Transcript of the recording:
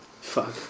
Fuck